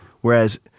Whereas